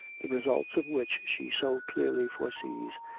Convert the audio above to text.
the results of which she so clearly foresees,